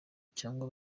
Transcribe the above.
cyangwa